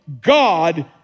God